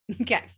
Okay